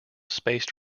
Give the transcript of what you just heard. spaced